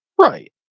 Right